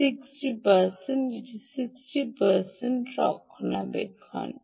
60 এটি 60 রক্ষণাবেক্ষণ করছে